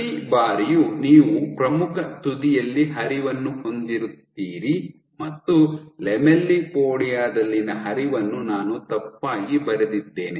ಪ್ರತಿ ಬಾರಿಯೂ ನೀವು ಪ್ರಮುಖ ತುದಿಯಲ್ಲಿ ಹರಿವನ್ನು ಹೊಂದಿರುತ್ತೀರಿ ಮತ್ತು ಲ್ಯಾಮೆಲ್ಲಿಪೋಡಿಯಾ ದಲ್ಲಿನ ಹರಿವನ್ನು ನಾನು ತಪ್ಪಾಗಿ ಬರೆದಿದ್ದೇನೆ